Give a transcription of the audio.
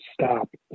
stop